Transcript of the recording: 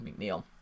McNeil